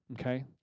okay